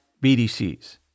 BDCs